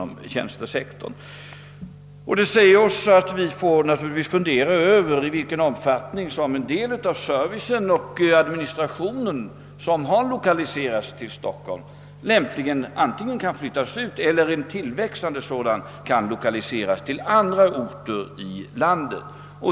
Detta säger oss att vi måste fundera över i vilken omfattning den del av servicen och administrationen, som har lokaliserats till Stockholm, lämpligen antingen kan flyttas ut härifrån eller i sina tillväxande delar lokaliseras till andra orter i landet.